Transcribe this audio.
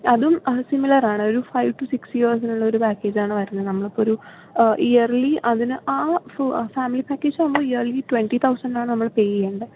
അതും സിമിലറാണ് ഒരു ഫൈവ് ടു സിക്സ് ഇയേഴ്സിനുള്ള ഒരു പാക്കേജ് ആണ് വരണത് നമ്മളിപ്പൊൾ ഒരു ഇയർലി അതിന് ആ ഫാമിലി പാക്കേജ് ആകുമ്പോൾ ഇയർലി ട്വന്റി തൗസന്റാണ് നമ്മൾ പേ ചെയ്യേണ്ടത്